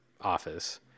office